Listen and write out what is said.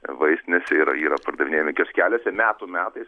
vaistinėse yra yra pardavinėjami kioskeliuose metų metais